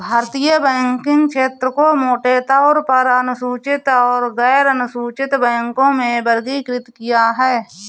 भारतीय बैंकिंग क्षेत्र को मोटे तौर पर अनुसूचित और गैरअनुसूचित बैंकों में वर्गीकृत किया है